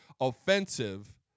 offensive